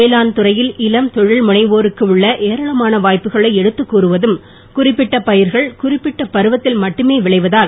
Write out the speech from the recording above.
வேளாண் துறையில் இளம் தொழில் முனைவோருக்கு உள்ள ஏராளமான வாய்ப்புகளை எடுத்துக் கூறுவதும் குறிப்பிட்ட பயிர்கள் குறிப்பிட்ட பருவத்தில் மட்டுமே விளைவதால்